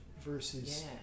versus